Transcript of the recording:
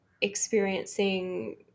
experiencing